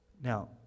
Now